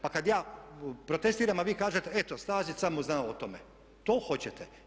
Pa kad ja protestiram a vi kažete eto Stazić samo zna o tome to hoćete?